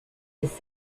his